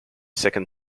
second